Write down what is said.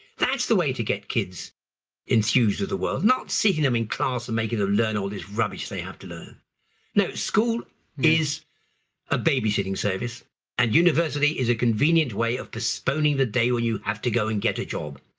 that's the way to get kids enthused with the world, not seeing them in class and making them learn all this rubbish they have to learn. no, school is a babysitting service and university is a convenient way of postponing the day when you have to go and get a job.